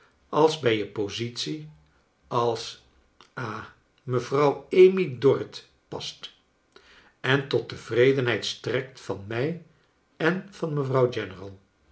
als bij je positie als ha mejuffrouw amy dorrit past en tot tevredenheid strekt van mij en van mevrouw general